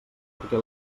perquè